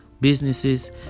businesses